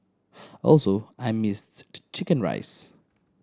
also I missed the chicken rice